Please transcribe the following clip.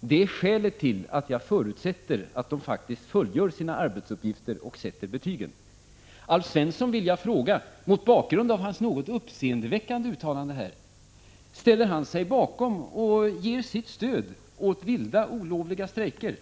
Det är skälet till att jag förutsätter att de faktiskt fullför sina arbetsuppgifter och sätter betyg. Mot bakgrund av Alf Svenssons något uppseendeväckande uttalande vill jag fråga: Ställer Alf Svensson sig bakom och ger sitt stöd åt vilda, olovliga strejker?